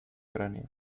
cráneo